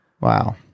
Wow